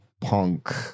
punk